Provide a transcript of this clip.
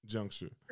Juncture